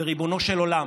וריבונו של עולם,